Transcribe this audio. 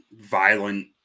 violent